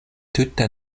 tute